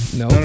no